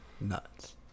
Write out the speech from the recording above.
nuts